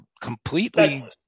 completely